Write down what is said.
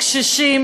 קשישים,